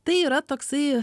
tai yra toksai